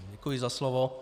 Děkuji za slovo.